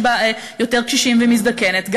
יש בה יותר קשישים והיא מזדקנת,